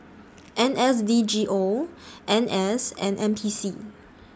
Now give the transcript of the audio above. N S D G O N S and N P C